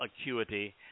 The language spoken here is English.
acuity